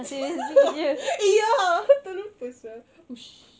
eh ya terlupa sia oo sh~